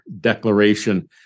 declaration